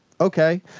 okay